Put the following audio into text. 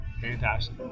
fantastic